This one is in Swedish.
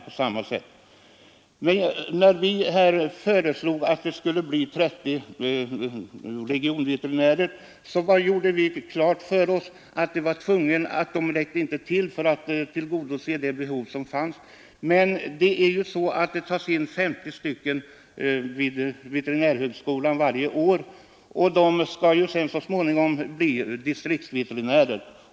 Vi var när vi föreslog 30 regionvikarier medvetna om att detta antal inte skulle räcka för att tillgodose det behov som finns. Vid veterinärhögskolan har man emellertid varje år en intagning av 50 elever, som så småningom skall bli distriktsveterinärer.